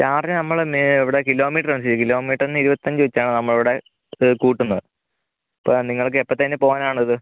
charge നമ്മൾ ഇന്ന് ഇവിടെ കിലോമീറ്ററ് അനുസരിച്ച് കിലോമീറ്ററിന് ഇരുപത്തഞ്ച് വച്ചാണ് നമ്മളിവിടെ കൂട്ടുന്നത് അപ്പോൾ നിങ്ങൾക്കെപ്പോഴത്തേക്ക് പോകാനാണിത്